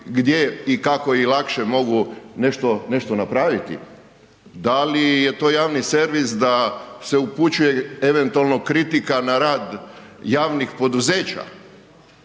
gdje i kako lakše mogu nešto napraviti? Da li je to javni servis da se upućuje eventualno kritika na rad javnih poduzeća?